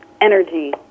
energy